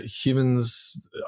humans